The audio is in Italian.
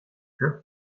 suite